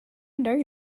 know